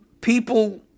people